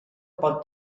pot